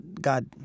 God